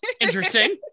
Interesting